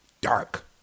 Dark